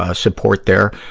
ah support there.